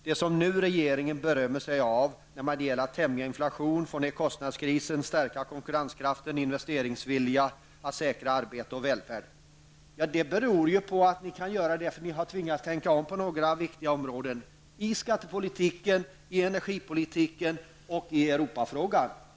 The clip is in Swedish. Det som nu regeringen berömmer sig av, när man vill tämja inflationen, få ner kostnadskrisen, stärka konkurrenskraften och investeringsviljan för att säkra arbete och välfärd, beror ju på att ni har tvingats tänka om på några viktiga områden -- i skattepolitiken, i energipolitiken och i Europafrågan.